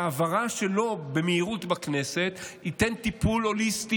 ושההעברה שלו במהירות בכנסת תיתן טיפול הוליסטי